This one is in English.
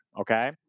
Okay